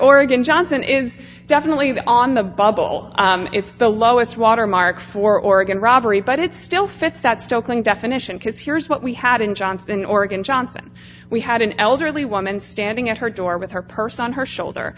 oregon johnson is definitely the on the bubble it's the lowest watermark for oregon robbery but it still fits that still cling definition because here's what we had in johnson oregon johnson we had an elderly woman standing at her door with her purse on her shoulder